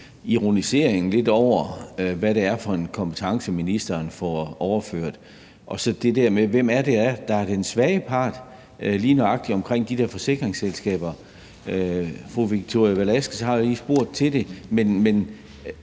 ironiseren over, hvad det er for en kompetence, ministeren får overført, og så det der med, hvem det er, der er den svage part lige nøjagtig i forhold til de der forsikringsselskaber. Fru Victoria Velasquez har jo lige spurgt til det, og